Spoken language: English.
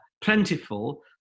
plentiful